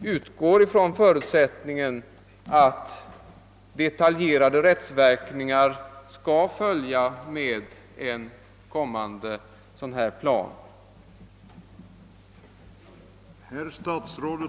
utgå från förutsättningen att detaljerade rättsverkningar skall följa med en kommande plan, något som jag har sympatier för.